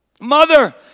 Mother